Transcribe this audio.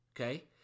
okay